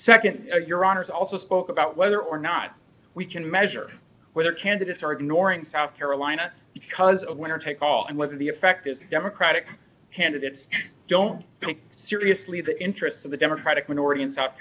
close nd your honour's also spoke about whether or not we can measure whether candidates are ignoring south carolina because a winner take all and whether the effect is democratic candidates don't take seriously the interests of a democratic minority in south